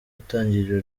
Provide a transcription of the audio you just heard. itangiriro